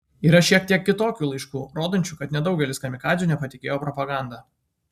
yra šiek tiek kitokių laiškų rodančių kad nedaugelis kamikadzių nepatikėjo propaganda